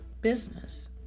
business